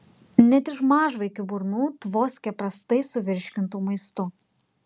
net iš mažvaikių burnų tvoskia prastai suvirškintu maistu